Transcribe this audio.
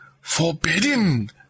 forbidden